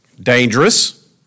dangerous